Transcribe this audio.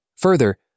Further